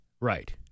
Right